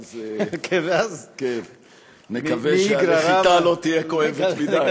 ואז נקווה שהנחיתה לא תהיה כואבת מדי.